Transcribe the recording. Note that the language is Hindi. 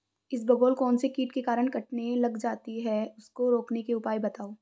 इसबगोल कौनसे कीट के कारण कटने लग जाती है उसको रोकने के उपाय बताओ?